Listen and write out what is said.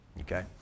Okay